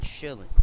chilling